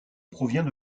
provient